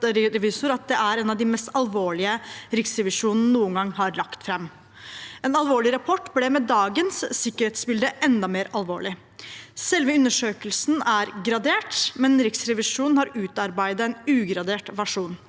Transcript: at det er en av de mest alvorlige rapportene Riksrevisjonen noen gang har lagt fram. En alvorlig rapport ble med dagens sikkerhetsbilde enda mer alvorlig. Selve undersøkelsen er gradert, men Riksrevisjonen har utarbeidet en ugradert versjon.